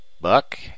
Buck